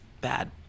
bad